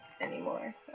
anymore